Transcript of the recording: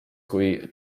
kui